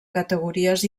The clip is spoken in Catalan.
categories